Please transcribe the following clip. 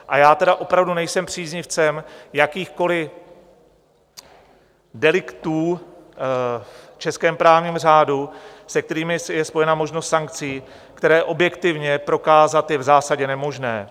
A já tedy opravdu nejsem příznivcem jakýchkoliv deliktů v českém právním řádu, se kterými je spojena možnost sankcí, které objektivně prokázat je v zásadě nemožné.